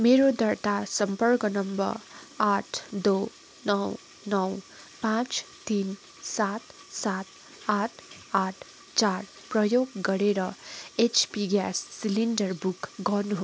मेरो दर्ता सम्पर्क नम्बर आठ दो नौ नौ पाँच तिन सात सात आठ आठ चार प्रयोग गरेर एचपी ग्यास सिलिन्डर बुक गर्नुहोस्